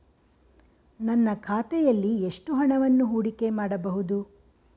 ನನ್ನ ಖಾತೆಯಲ್ಲಿ ಎಷ್ಟು ಹಣವನ್ನು ಹೂಡಿಕೆ ಮಾಡಬಹುದು?